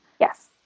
Yes